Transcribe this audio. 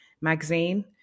magazine